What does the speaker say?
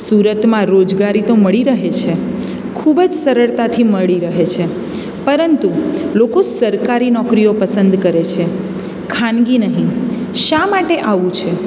સુરતમાં રોજગારી તો મળી રહે છે ખૂબ જ સરળતાથી મળી રહે છે પરંતુ લોકો સરકારી નોકરીઓ પસંદ કરે છે ખાનગી નહીં શા માટે આવું છે